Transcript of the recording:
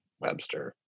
Webster